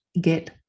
get